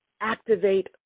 activate